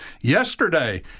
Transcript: Yesterday